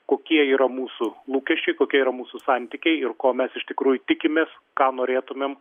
kokie yra mūsų lūkesčiai kokie yra mūsų santykiai ir ko mes iš tikrųjų tikimės ką norėtumėm